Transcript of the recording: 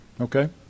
Okay